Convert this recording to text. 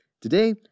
Today